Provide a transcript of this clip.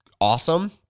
awesome